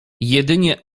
jedynie